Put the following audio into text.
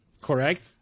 correct